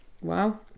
Wow